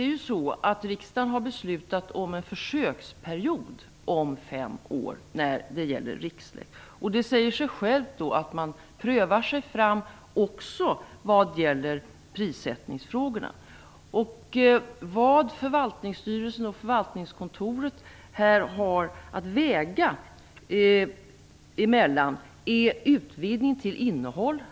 Riksdagen har beslutat om en försöksperiod på fem år när det gäller Rixlex. Det säger sig självt att man prövar sig fram också vad gäller prissättningsfrågorna. Förvaltningsstyrelsen och förvaltningskontoret har att ta ställning till en utvidgning av innehållet.